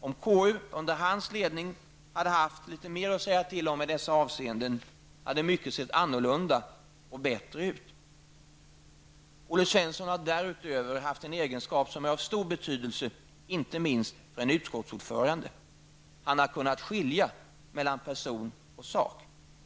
Om KU under hans ledning hade haft litet mer att säga till om i dessa avseenden hade mycket sett annorlunda och bättre ut. Olle Svensson har därutöver haft en egenskap som är av stor betydelse, inte minst för en utskottsordförande. Han har kunnat skilja på person och sak.